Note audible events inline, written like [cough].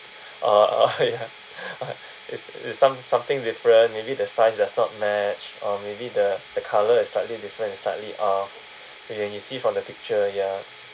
or or ya [laughs] it's it's some something different maybe the size does not match or maybe the the colour is slightly different is slightly off when you see from the picture ya